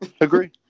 Agree